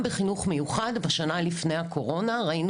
גם בחינוך מיוחד בשנה לפני הקורונה ראינו